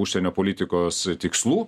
užsienio politikos tikslų